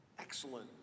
excellent